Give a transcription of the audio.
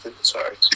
Sorry